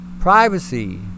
privacy